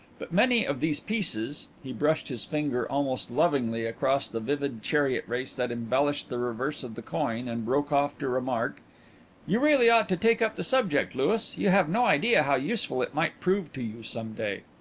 but many of these pieces he brushed his finger almost lovingly across the vivid chariot race that embellished the reverse of the coin, and broke off to remark you really ought to take up the subject, louis. you have no idea how useful it might prove to you some day.